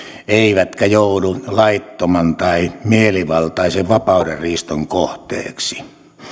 eivätkä joudu laittoman tai mielivaltaisen vapaudenriiston kohteeksi